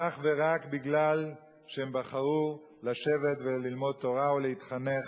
אך ורק בגלל שהם בחרו לשבת וללמוד תורה ולהתחנך